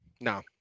No